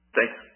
Thanks